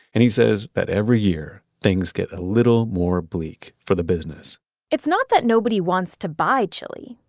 and he says that every year things get a little more bleak for the business it's not that nobody wants to buy chili.